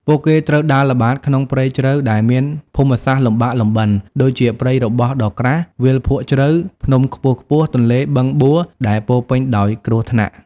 ពួកគេត្រូវដើរល្បាតក្នុងព្រៃជ្រៅ ដែលមានភូមិសាស្រ្តលំបាកលំបិន ដូចជាព្រៃរបោះដ៏ក្រាស់ វាលភក់ជ្រៅ ភ្នំខ្ពស់ៗ ទន្លេ បឹងបួ ដែលពោរពេញដោយគ្រោះថ្នាក់។